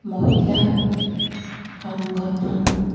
মহিলা সংগঠন